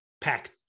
pack